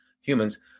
humans